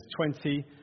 20